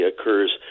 occurs